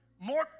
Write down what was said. more